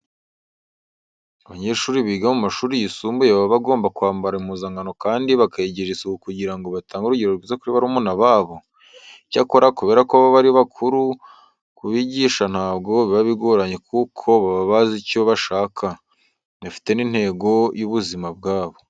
Abanyeshuri biga mu mashuri yisumbuye baba bagomba kwambara impuzankano kandi bakayigirira isuku kugira ngo batange urugero rwiza kuri barumuna babo. Icyakora, kubera ko baba ari bakuru kubigisha ntabwo biba bigoranye kuko bo baba bazi icyo bashaka, bafite n'intego y'ubuzima bwabo.